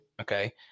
Okay